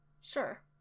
Sure